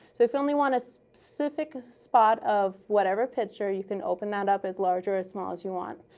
so if you only want a specific spot of whatever picture, you can open that up as large or as small as you want.